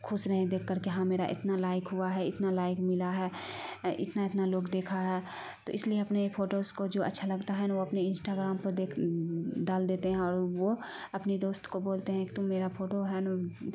خوش رہیں دیکھ کر کہ ہاں میرا اتنا لائک ہوا ہے اتنا لائک ملا ہے اتنا اتنا لوگ دیکھا ہے تو اس لیے اپنے فوٹوز کو جو اچھا لگتا ہے نا وہ اپنے انسٹاگرام پر دیکھ ڈال دیتے ہیں اور وہ اپنی دوست کو بولتے ہیں کہ تم میرا پھوٹو ہے